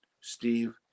Steve